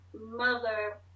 mother